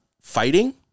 fighting